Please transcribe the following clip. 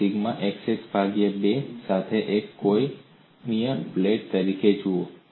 તેને sigma xx ભાગ્યા 2 સાથે એક કોણીય પ્લેટ તરીકે જુઓ